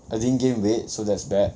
I didn't gain weight so that's bad